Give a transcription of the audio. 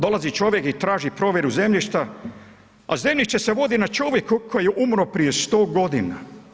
Dolazi čovjek i traži provjeru zemljišta, a zemljište se vodi na čovjeku koji je umro prije 100 godina.